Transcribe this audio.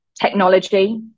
technology